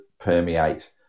permeate